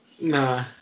Nah